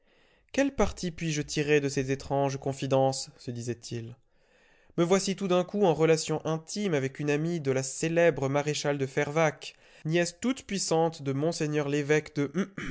quel parti puis-je tirer de ces étranges confidences se disait-il me voici tout d'un coup en relation intime avec une amie de la célèbre maréchale de fervaques nièce toute-puissante de mgr l'évoque de